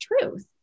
truth